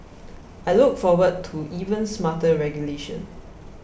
I look forward to even smarter regulation